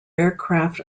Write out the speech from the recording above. aircraft